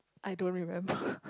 I don't remember